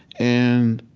and